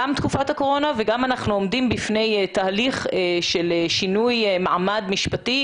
שגם תקופת הקורונה וגם אנחנו עומדים בפני תהליך של שינוי מעמד משפטי